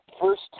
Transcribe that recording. first